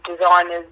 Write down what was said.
designers